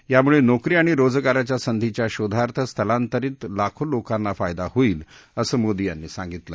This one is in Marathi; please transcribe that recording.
यामुळे नोकरी आणि रोजगाराच्या संधीच्या शोधार्थ स्थलांतर लाखो लोकांना फायदा होईल असं मोदी यांनी सांगितलं